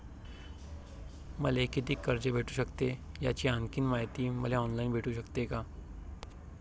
मले कितीक कर्ज भेटू सकते, याची आणखीन मायती मले ऑनलाईन भेटू सकते का?